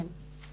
כן.